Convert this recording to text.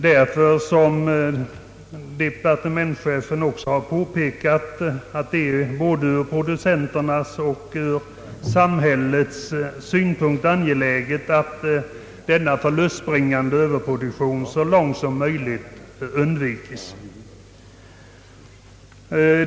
Därför har departementschefen också påpekat att det är både ur producenternas och samhällets synpunkt angeläget att förlustbringande överproduktion så långt som möjligt undvikes.